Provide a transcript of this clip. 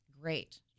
great